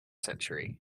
century